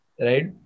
right